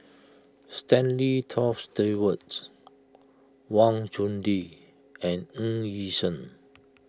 Stanley Toft Stewart's Wang Chunde and Ng Yi Sheng